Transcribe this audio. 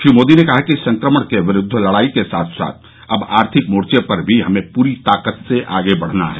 श्री मोदी ने कहा कि संक्रमण के विस्द्व लड़ाई के साथ साथ अब आर्थिक मोर्चे पर भी हमें पूरी ताकत से आगे बढ़ना है